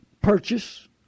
purchase